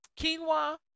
quinoa